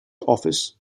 office